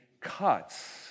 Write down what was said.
cuts